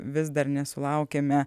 vis dar nesulaukiame